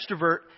extrovert